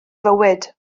fywyd